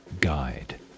guide